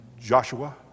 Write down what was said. Joshua